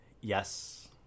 Yes